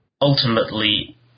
ultimately